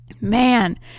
Man